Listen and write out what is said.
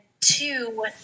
two